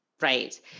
Right